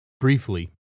Briefly